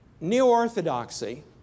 neo-orthodoxy